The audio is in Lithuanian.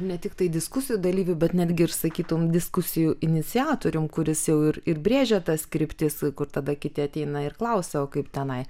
ne tiktai diskusijų dalyvių bet netgi ir sakytum diskusijų iniciatorium kuris jau ir ir brėžia tas kryptis kur tada kiti ateina ir klausia o kaip tenai